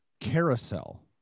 carousel